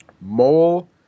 Mole